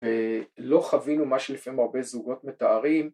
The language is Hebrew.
‫ולא חווינו מה שלפעמים ‫הרבה זוגות מתארים.